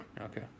okay